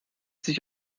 sich